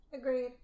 Agreed